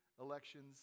elections